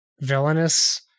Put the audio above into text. Villainous